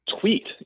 tweet